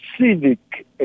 civic